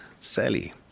Sally